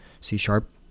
C-sharp